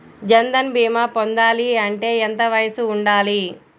జన్ధన్ భీమా పొందాలి అంటే ఎంత వయసు ఉండాలి?